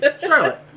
Charlotte